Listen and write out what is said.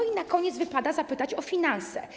I na koniec wypada zapytać o finanse.